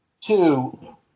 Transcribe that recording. Two